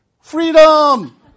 Freedom